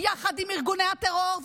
יחד עם ארגוני הטרור,